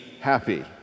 happy